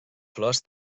flors